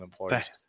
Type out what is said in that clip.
employees